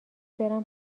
برم